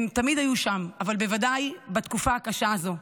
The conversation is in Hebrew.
הן תמיד היו שם, אבל בוודאי בתקופה הקשה הזו,